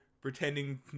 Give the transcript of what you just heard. pretending